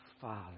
Father